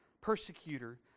persecutor